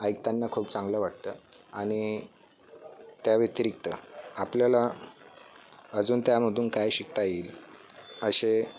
ऐकताना खूप चांगलं वाटतं आणि त्या व्यतिरिक्त आपल्याला अजून त्यामधून काय शिकता येईल असे